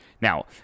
Now